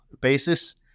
basis